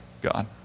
God